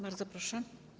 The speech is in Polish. Bardzo proszę.